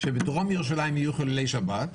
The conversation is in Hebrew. שבדרום ירושלים יהיו חילולי שבת,